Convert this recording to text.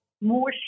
More